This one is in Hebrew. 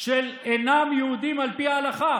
של מי שאינם יהודים על פי ההלכה.